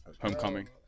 Homecoming